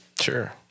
Sure